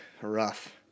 Rough